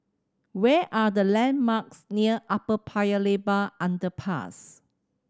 where are the landmarks near Upper Paya Lebar Underpass